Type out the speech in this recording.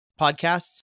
podcasts